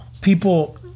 people